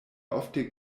ofte